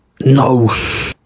No